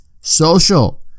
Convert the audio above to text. social